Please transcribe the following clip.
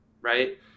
right